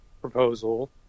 proposal